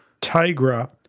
Tigra